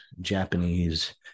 Japanese